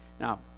now